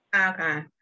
Okay